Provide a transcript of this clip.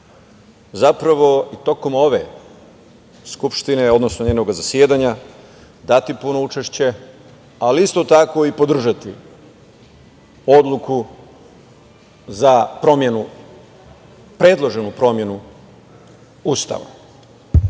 zapravo tokom ove skupštine, odnosno njenog zasedanja, dati puno učešće, ali isto tako i podržati odluku za promenu, predloženu promenu Ustava. Iz